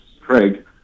Craig